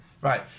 Right